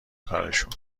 کارشون